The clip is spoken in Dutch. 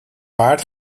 baard